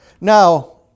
now